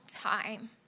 time